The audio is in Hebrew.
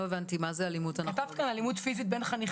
לא הבנתי, מה זה - אלימות אנחנו לא בודקים?